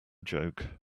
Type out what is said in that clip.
joke